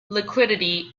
liquidity